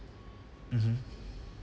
mmhmm